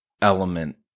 element